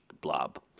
blob